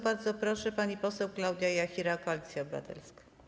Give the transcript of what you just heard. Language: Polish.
Bardzo proszę, pani poseł Klaudia Jachira, Koalicja Obywatelska.